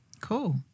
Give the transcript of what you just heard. Cool